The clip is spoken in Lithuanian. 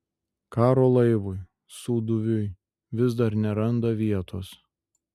karo laivui sūduviui vis dar neranda vietos